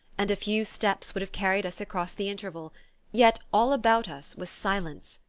and a few steps would have carried us across the interval yet all about us was silence,